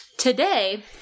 Today